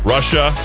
Russia